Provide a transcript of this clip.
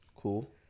Cool